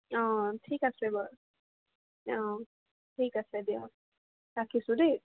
অঁ ঠিক আছে বাৰু অঁ ঠিক আছে দিয়ক ৰাখিছোঁ দেই